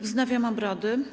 Wznawiam obrady.